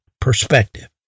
perspective